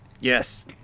Yes